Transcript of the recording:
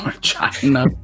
china